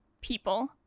people